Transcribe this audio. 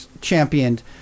championed